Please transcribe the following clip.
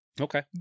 Okay